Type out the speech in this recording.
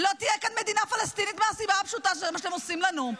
לא תהיה כאן מדינה פלסטינית מהסיבה הפשוטה שזה מה שאתם עושים לנו.